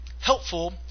helpful